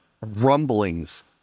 rumblings